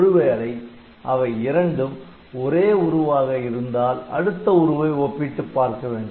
ஒருவேளை அவை இரண்டும் ஒரே உருவாக இருந்தால் அடுத்த உருவை ஒப்பிட்டுப் பார்க்க வேண்டும்